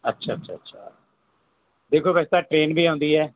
ਅੱਛਾ ਅੱਛਾ ਅੱਛਾ ਦੇਖੋ ਵੈਸੇ ਤਾਂ ਟ੍ਰੇਨ ਵੀ ਆਉਂਦੀ ਹੈ